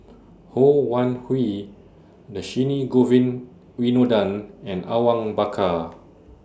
Ho Wan Hui Dhershini Govin Winodan and Awang Bakar